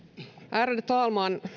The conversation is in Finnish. ärade talman